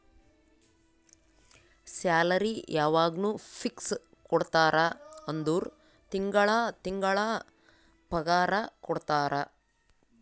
salary ಯವಾಗ್ನೂ fix ಕೊಡ್ತಾರ ಅಂದುರ್ ತಿಂಗಳಾ ತಿಂಗಳಾ ಪಗಾರ ಕೊಡ್ತಾರ